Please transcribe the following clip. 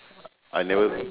I never